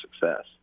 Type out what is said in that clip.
success